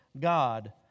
God